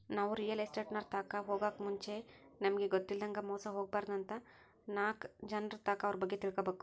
ನಾವು ರಿಯಲ್ ಎಸ್ಟೇಟ್ನೋರ್ ತಾಕ ಹೊಗಾಕ್ ಮುಂಚೆಗೆ ನಮಿಗ್ ಗೊತ್ತಿಲ್ಲದಂಗ ಮೋಸ ಹೊಬಾರ್ದಂತ ನಾಕ್ ಜನರ್ತಾಕ ಅವ್ರ ಬಗ್ಗೆ ತಿಳ್ಕಬಕು